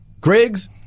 Griggs